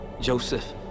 Joseph